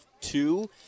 two